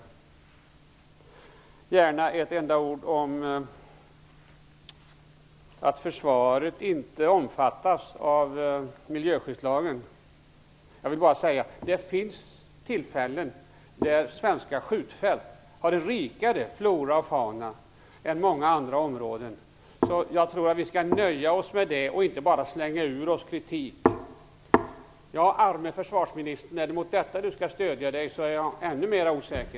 Jag vill säga några ord om att försvaret inte omfattas av miljöskyddslagen. Det finns tillfällen där svenska skjutfält har en rikare flora och fauna än många andra områden. Jag tror att vi skall nöja oss med det och inte bara slänga ur oss kritik. Arme försvarsminister! Är det mot detta han skall stödja sig är jag ännu mer osäker.